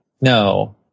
No